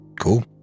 cool